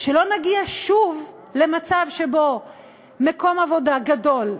שלא נגיע שוב למצב שבו מקום עבודה גדול,